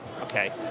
Okay